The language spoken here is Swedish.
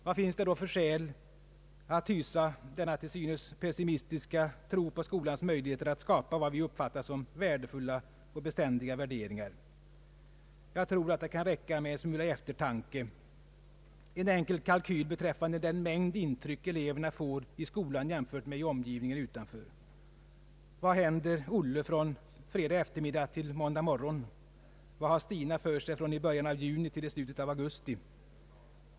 Vad finns det då för skäl att hysa denna till synes pessimistiska tro på skolans möjligheter att skapa vad vi uppfattar som värdefulla och beständiga värderingar? Jag tror att det kan räcka med en smula eftertanke, en enkel kalkyl beträffande den mängd in tryck eleverna får i skolan jämfört med i omgivningen utanför. Vad händer Olle från fredag eftermiddag till måndag morgon? Vad har Stina för sig från början av juni till slutet av augusti?